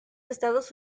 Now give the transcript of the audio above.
estados